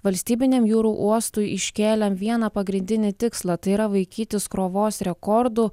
valstybiniam jūrų uostui iškėlėm vieną pagrindinį tikslą tai yra vaikytis krovos rekordų